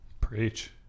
Preach